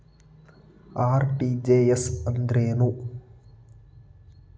RTGS ಅಂದ್ರೇನು?